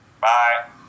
Bye